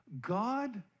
God